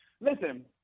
Listen